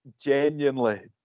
genuinely